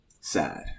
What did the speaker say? Sad